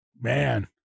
man